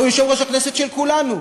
הרי הוא יושב-ראש הכנסת של כולנו.